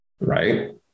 right